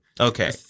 Okay